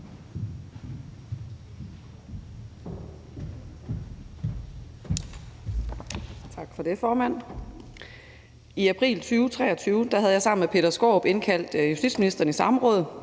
Tak for det, formand. I april 2023 havde jeg sammen med Peter Skaarup indkaldt justitsministeren i samråd,